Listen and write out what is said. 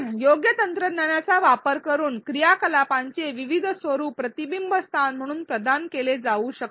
योग्य तंत्रज्ञानाचा वापर करून क्रियाकलापांचे विविध स्वरूप प्रतिबिंब स्थान म्हणून प्रदान केले जाऊ शकतात